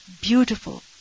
Beautiful